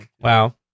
Wow